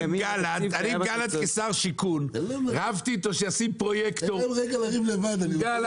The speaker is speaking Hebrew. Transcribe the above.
אני עם גלנט כשר שיכון רבתי איתו שישים פרויקטור בהר יונה,